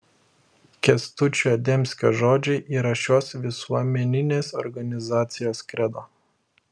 kęstučio demskio žodžiai yra šios visuomeninės organizacijos kredo